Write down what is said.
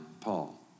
Paul